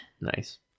Nice